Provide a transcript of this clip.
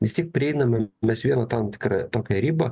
vis tiek prieiname mes vieną tam tikrą tokią ribą